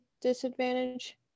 disadvantage